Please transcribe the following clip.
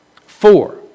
Four